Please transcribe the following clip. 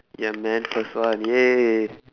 ya man first one !yay!